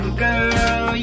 girl